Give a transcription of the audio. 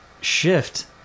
shift